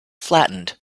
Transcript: flattened